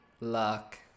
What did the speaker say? Luck